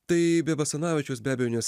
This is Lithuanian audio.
tai be basanavičiaus be abejonės